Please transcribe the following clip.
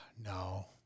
No